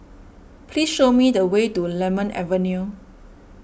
please show me the way to Lemon Avenue